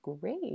great